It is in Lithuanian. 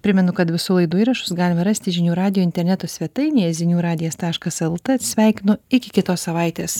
primenu kad visų laidų įrašus galima rasti žinių radijo interneto svetainėje zinių radijas taškas lt atsisveikinu iki kitos savaitės